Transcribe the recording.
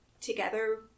together